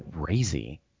crazy